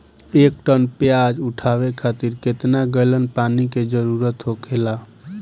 एक टन प्याज उठावे खातिर केतना गैलन पानी के जरूरत होखेला?